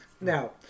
now